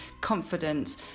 confidence